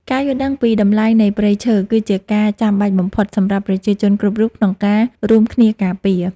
ការយល់ដឹងពីតម្លៃនៃព្រៃឈើ គឺជាកត្តាចាំបាច់បំផុតសម្រាប់ប្រជាជនគ្រប់រូបក្នុងការរួមគ្នាការពារ។